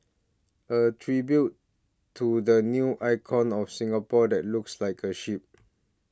a tribute to the new icon of Singapore that looks like a ship